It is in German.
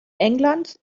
englands